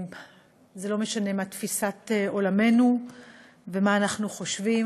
זה לא משנה מה תפיסת עולמנו ומה אנחנו חושבים,